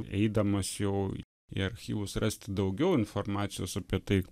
eidamas jau į archyvus rasti daugiau informacijos apie tai